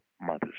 Mother's